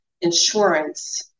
insurance